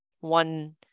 one